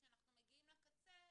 כשאנחנו מגיעים לקצה,